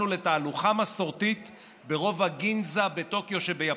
לתהלוכה מסורתית ברובע גינזה בטוקיו שביפן.